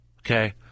Okay